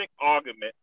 argument